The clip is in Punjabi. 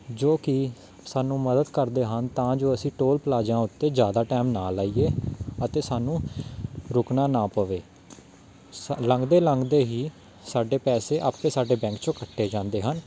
ਜੋ ਕਿ ਸਾਨੂੰ ਮਦਦ ਕਰਦੇ ਹਨ ਤਾਂ ਜੋ ਅਸੀਂ ਟੋਲ ਪਲਾਜ਼ਾ ਉੱਤੇ ਜ਼ਿਆਦਾ ਟਾਈਮ ਨਾ ਲਾਈਏ ਅਤੇ ਸਾਨੂੰ ਰੁਕਣਾ ਨਾ ਪਵੇ ਸ ਲੰਘਦੇ ਲੰਘਦੇ ਹੀ ਸਾਡੇ ਪੈਸੇ ਆਪੇ ਸਾਡੇ ਬੈਂਕ 'ਚੋਂ ਕੱਟੇ ਜਾਂਦੇ ਹਨ